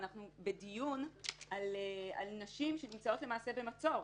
ואנחנו בדיון על נשים שנמצאות למעשה במצור,